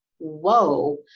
whoa